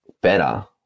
better